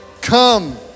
Come